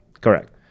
Correct